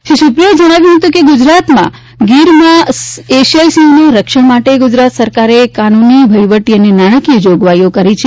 શ્રી સુપ્રિયોએ જણાવ્યું કે ગુજરાતના ગીરમાં એશિયાઇ સિંહોના રક્ષણ માટે ગુજરાત સરકારે કાનૂની વહીવટી અને નાણાકીય જોગવાઈ કરી છે